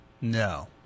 No